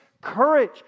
courage